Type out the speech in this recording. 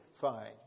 Fine